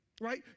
right